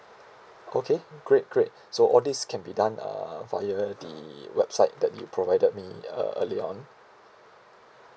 okay great great so all this can be done uh via the website that you provided me uh early on